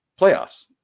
playoffs